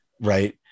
right